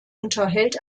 unterhält